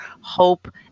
hope